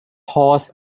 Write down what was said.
horse